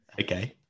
Okay